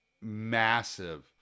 massive